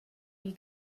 you